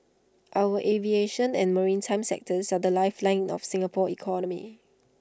our aviation and maritime sectors are the lifeline of Singapore's economy